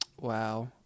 Wow